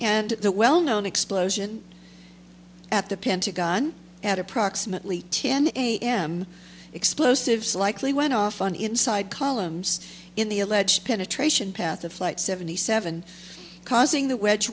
and the well known explosion at the pentagon at approximately ten a m explosives likely went off on inside columns in the alleged penetration path of flight seventy seven causing the w